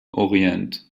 orient